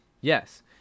Yes